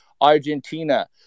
Argentina